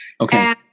Okay